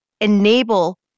enable